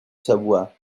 savoie